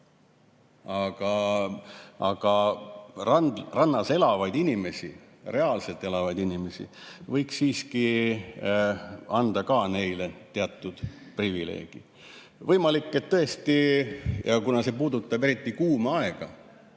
Aga rannas elavatele inimestele, reaalselt elavatele inimestele võiks siiski anda ka teatud privileegid. Võimalik, tõesti, kuna see puudutab eriti kuuma aega,